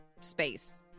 space